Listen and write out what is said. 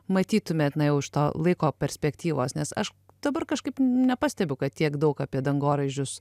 matytumėt na jau iš to laiko perspektyvos nes aš dabar kažkaip nepastebiu kad tiek daug apie dangoraižius